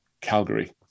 Calgary